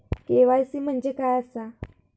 KYC म्हणजे काय आसा?